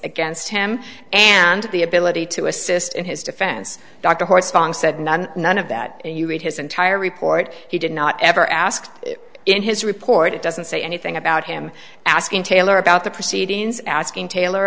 against him and the ability to assist in his defense dr horse funk said none none of that and you read his entire report he did not ever ask it in his report it doesn't say anything about him asking taylor about the proceedings asking taylor